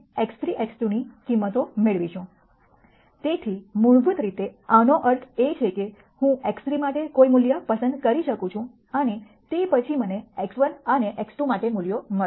x2 ની કિંમતો મેળવીશું તેથી મૂળભૂત રીતે આનો અર્થ એ છે કે હું x3 માટે કોઈ મૂલ્ય પસંદ કરી શકું છું અને તે પછી મને x1 અને x2 માટે મૂલ્યો મળશે